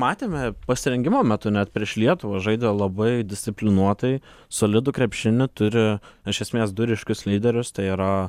matėme pasirengimo metu net prieš lietuvą žaidė labai disciplinuotai solidų krepšinį turi iš esmės du ryškius lyderius tai yra